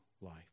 life